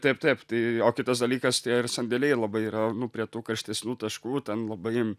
taip taip tai o kitas dalykas tie ir sandėliai labai yra nu prie tų karštesnių taškų ten labai